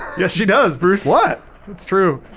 yes, she does bruce what it's true,